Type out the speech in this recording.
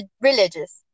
religious